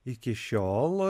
iki šiol